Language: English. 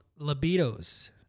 libidos